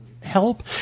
help